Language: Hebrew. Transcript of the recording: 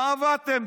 עבדתם?